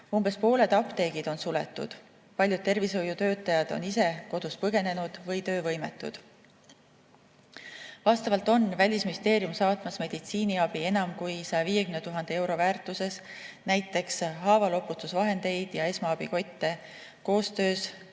Umbes pooled apteegid on suletud, paljud tervishoiutöötajad on kodust põgenenud või töövõimetud. Välisministeerium on saatmas meditsiiniabi enam kui 150 000 euro väärtuses, näiteks haavaloputusvahendeid ja esmaabikotte. Koostöös